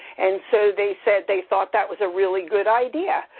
and so, they said they thought that was a really good idea.